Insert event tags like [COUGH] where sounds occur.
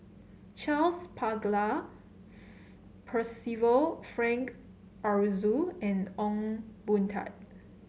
Charles Paglar [UNINTELLIGIBLE] Percival Frank Aroozoo and Ong Boon Tat